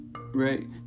right